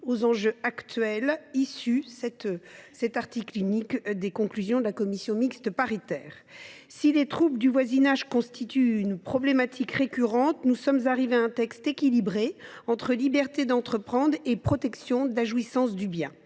aux enjeux actuels dans la rédaction issue des travaux de la commission mixte paritaire. Les troubles du voisinage constituent un problème récurrent. Nous sommes arrivés à un texte équilibré entre liberté d’entreprendre et protection de la jouissance d’un bien.